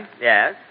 Yes